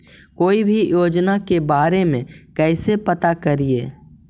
कोई भी योजना के बारे में कैसे पता करिए?